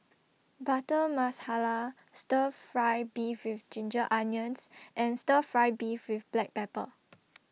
Butter Masala Stir Fry Beef with Ginger Onions and Stir Fry Beef with Black Pepper